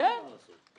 יש להם מה לעשות.